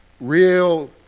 real